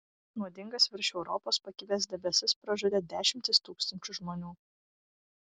nuodingas virš europos pakibęs debesis pražudė dešimtis tūkstančių žmonių